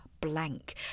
blank